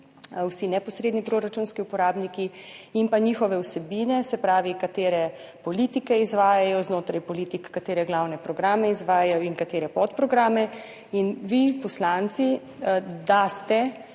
vsi neposredni proračunski uporabniki in njihove vsebine, se pravi, katere politike izvajajo, znotraj politik, katere glavne programe izvajajo in katere podprograme. Vi poslanci daste